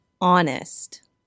honest